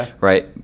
right